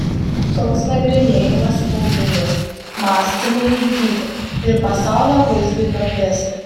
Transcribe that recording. toks nagrinėjimas naudingas mąstymui ugdyti ir pasaulio vaizdui praplėsti